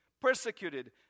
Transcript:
persecuted